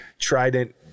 trident